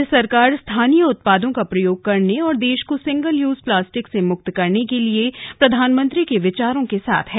राज्य सरकार स्थानीय उत्पादों का प्रयोग करने और देश को सिंगल यूज प्लास्टिक से मुक्त करने के लिये प्रधानमंत्री के बिचारों के साथ हैं